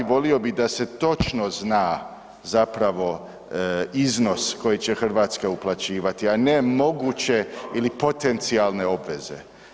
Volio bih da se točno zna zapravo iznos koji će Hrvatska uplaćivati, a ne moguće ili potencijalne obveze.